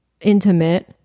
intimate